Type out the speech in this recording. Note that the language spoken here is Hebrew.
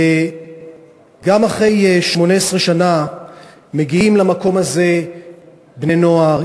גם אחרי 18 שנה מגיעים למקום הזה בני-נוער,